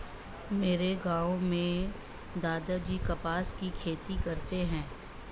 मेरे गांव में दादाजी कपास की खेती करते हैं